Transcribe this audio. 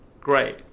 Great